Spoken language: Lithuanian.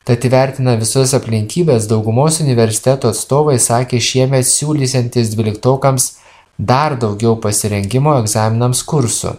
tad įvertina visus aplinkybes daugumos universitetų atstovai sakė šiemet siūlysiantys dvyliktokams dar daugiau pasirengimo egzaminams kursų